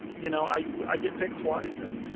you know i get picked twice and